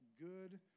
good